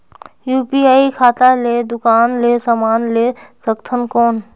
UPI खाता ले दुकान ले समान ले सकथन कौन?